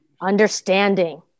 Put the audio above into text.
understanding